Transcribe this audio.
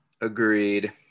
Agreed